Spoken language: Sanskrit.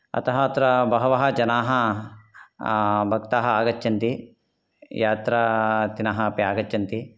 अतः अत्र बहवः जनाः भक्ताः आगच्छन्ति यात्रार्थिनः अपि आगच्छन्ति